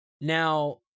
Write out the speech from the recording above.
Now